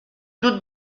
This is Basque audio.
dut